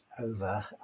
over